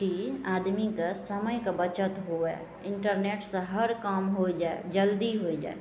कि आदमीके समयके बचत हुए इन्टरनेटसे हर काम हो जाए जल्दी हो जाए